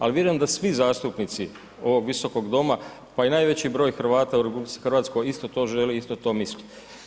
Ali vjerujem da svi zastupnici ovog Visokog doma pa i najveći broj Hrvata u RH isto to želi, isto to misli.